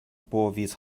povis